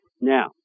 Now